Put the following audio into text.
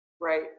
right